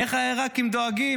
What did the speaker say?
איך העיראקים דואגים?